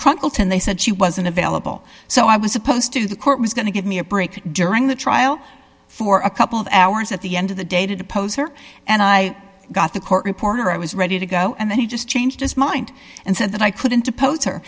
chronicle ten they said she wasn't available so i was supposed to the court was going to give me a break during the trial for a couple of hours at the end of the dated a poser and i got the court reporter i was ready to go and then he just changed his mind and said that i couldn't oppose her